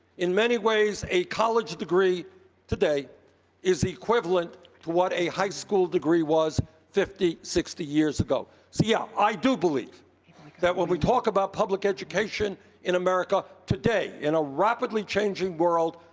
in many ways, a college degree today is equivalent to what a high school degree was fifty, sixty years ago. so, yes, yeah i do believe that when we talk about public education in america, today, in a rapidly changing world,